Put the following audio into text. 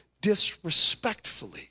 disrespectfully